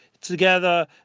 together